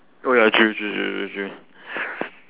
oh ya true true true true true